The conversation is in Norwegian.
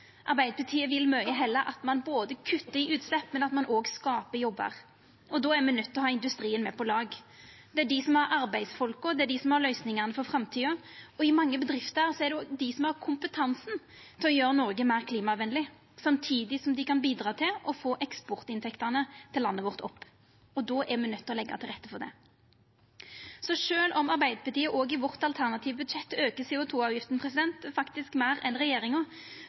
Arbeidarpartiet vil mykje heller at ein både kuttar i utslepp og skapar jobbar. Då er me nøydde til å ha industrien med på laget. Det er dei som har arbeidsfolka, det er dei som har løysingane for framtida. I mange bedrifter er det òg dei som har kompetansen til å gjera Noreg meir klimavennleg, samtidig som dei kan bidra til å få eksportinntektene til landet vårt opp. Då er vi nøydde til å leggja til rette for det. Så sjølv om Arbeidarpartiet, òg i vårt alternative budsjett, aukar CO 2 -avgifta – faktisk meir enn regjeringa